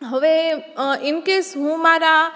હવે ઈનકેસ હું મારા